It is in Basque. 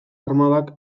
armadak